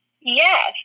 Yes